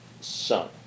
son